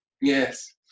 yes